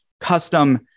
custom